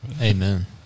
Amen